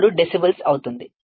6 decibels అవుతుంది